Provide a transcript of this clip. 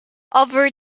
over